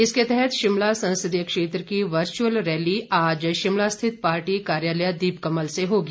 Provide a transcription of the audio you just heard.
इसके तहत शिमला संसदीय क्षेत्र की वर्चुअल रैली आज शिमला स्थित पार्टी कार्यालय दीपकमल से होगी